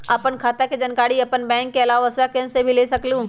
आपन खाता के जानकारी आपन बैंक के आलावा वसुधा केन्द्र से भी ले सकेलु?